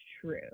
true